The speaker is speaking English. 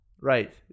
right